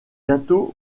gâteaux